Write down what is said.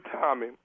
Tommy